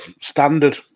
standard